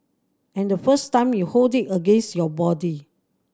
and the first time you hold it against your body